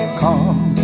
come